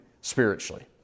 spiritually